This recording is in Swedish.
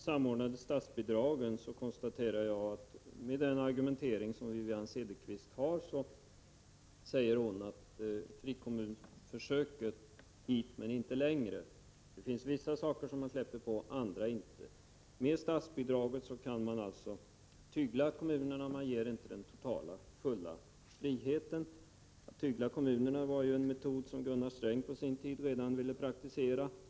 Fru talman! Beträffande samordnade statsbidrag konstaterar jag att Wivi-Anne Cederqvists argumentering innebär: Frikommunsförsöket, hit men inte längre. När det gäller vissa saker släpper man efter, men inte när det gäller andra. Med statsbidraget kan man alltså tygla kommunerna. Man ger dem inte full frihet. Redan Gunnar Sträng ville ju på sin tid praktisera metoden att tygla kommunerna.